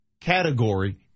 category